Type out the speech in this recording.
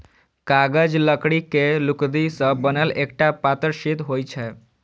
कागज लकड़ी के लुगदी सं बनल एकटा पातर शीट होइ छै